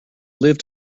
live